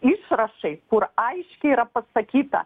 išrašai kur aiškiai yra pasakyta